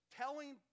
telling